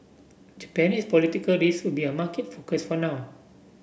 Japanese political risk will be a market focus for now